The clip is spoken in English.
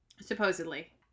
supposedly